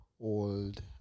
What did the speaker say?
old